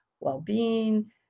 well-being